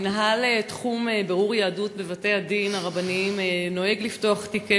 מינהל תחום בירור יהדות בבתי-הדין הרבניים נוהג לפתוח תיקי